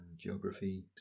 geography